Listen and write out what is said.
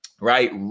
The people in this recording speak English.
Right